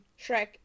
Shrek